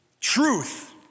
truth